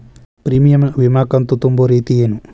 Premium ವಿಮಾ ಕಂತು ತುಂಬೋ ರೇತಿ ಏನು?